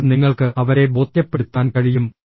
അപ്പോൾ നിങ്ങൾക്ക് അവരെ ബോധ്യപ്പെടുത്താൻ കഴിയും